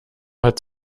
hat